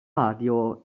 radio